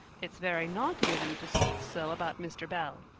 it's very naughty of you to speak so about mr. bell,